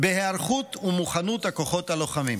בהיערכות ומוכנות הכוחות הלוחמים,